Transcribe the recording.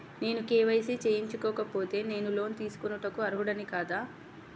నేను కే.వై.సి చేయించుకోకపోతే నేను లోన్ తీసుకొనుటకు అర్హుడని కాదా?